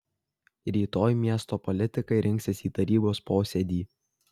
rytoj miesto politikai rinksis į tarybos posėdį